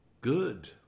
Good